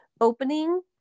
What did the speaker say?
opening